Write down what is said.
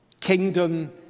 kingdom